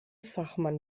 fachmann